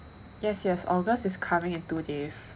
yes yes august is coming in two days